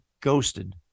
ghosted